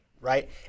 Right